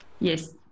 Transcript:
Yes